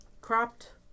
cropped